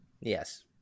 yes